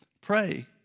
pray